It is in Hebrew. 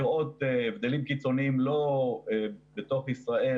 לא הצלחנו לראות הבדלים קיצוניים לא בתוך ישראל